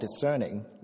discerning